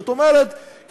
זאת אומרת,